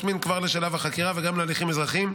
מין כבר לשלב החקירה וגם להליכים אזרחיים.